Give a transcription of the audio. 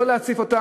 לא להציף אותן,